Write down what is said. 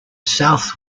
south